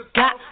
got